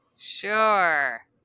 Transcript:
Sure